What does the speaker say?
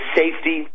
safety